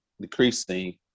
decreasing